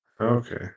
Okay